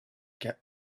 get